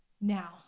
Now